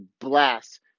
blast